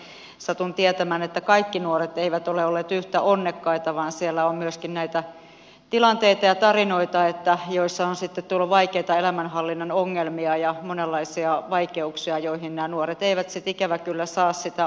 mutta satun tietämään että kaikki nuoret eivät ole olleet yhtä onnekkaita vaan siellä on myöskin näitä tilanteita ja tarinoita joissa on sitten tullut vaikeita elämänhallinnan ongelmia ja monenlaisia vaikeuksia joihin nämä nuoret eivät sitten ikävä kyllä saa sitä apua